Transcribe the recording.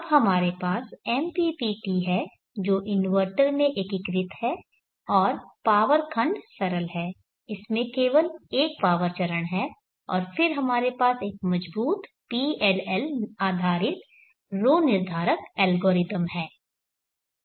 अब हमारे पास MPPT है जो इन्वर्टर में एकीकृत है और पावर खंड सरल है इसमें केवल एक पावर चरण है और फिर हमारे पास एक मजबूत PLL आधारित ρ निर्धारक एल्गोरिदम है